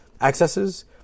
accesses